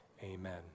Amen